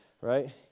right